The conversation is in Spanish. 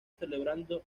celebrando